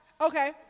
Okay